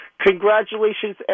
congratulations